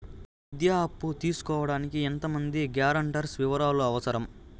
ఈ విద్యా అప్పు తీసుకోడానికి ఎంత మంది గ్యారంటర్స్ వివరాలు అవసరం?